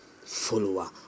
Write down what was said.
follower